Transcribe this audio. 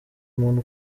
umuntu